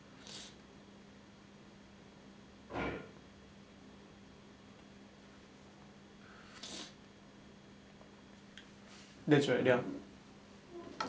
that's right ya